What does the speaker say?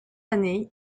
année